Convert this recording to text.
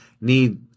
need